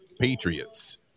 patriots